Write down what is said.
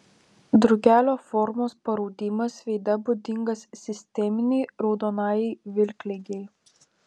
drugelio formos paraudimas veide būdingas sisteminei raudonajai vilkligei